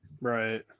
Right